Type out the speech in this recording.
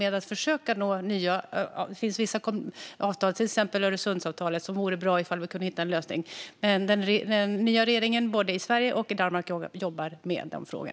Det finns vissa avtal, till exempel Öresundsavtalet, och det vore bra om vi kunde hitta en lösning där. De nya regeringarna både i Sverige och i Danmark jobbar med dessa frågor.